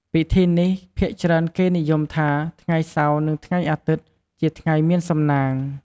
ពិធីនេះភាគច្រើនគេនិយមថា ថ្ងៃសៅរ៍និងថ្ងៃអាទិត្យជាថ្ងៃមានសំណាង។